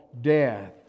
death